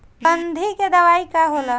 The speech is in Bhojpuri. गंधी के दवाई का होला?